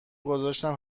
گذاشتم